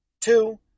two